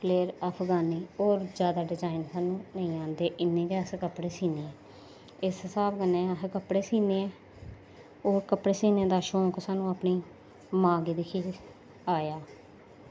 flare Afghani होर design सानूं नेईंं आंदे इन्ने गै कपड़े अस सीन्ने इस स्हाब कन्नै अस कपड़े सीन्ने ऐं होर कपड़े सीने दा शौंक सानूं अपनी मां गी दिक्खियै आया